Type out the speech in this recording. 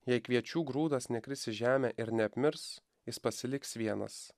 jei kviečių grūdas nekris į žemę ir neapmirs jis pasiliks vienas